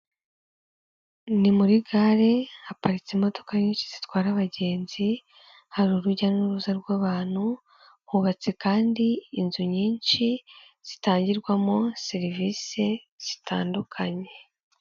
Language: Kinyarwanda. Ni muri gare haparitse imodoka nyinshi zitwara abagenzi, hari urujya n'uruza rw'abantu hubatse kandi inzu nyinshi, zitangirwamo serivisi zitandukanye.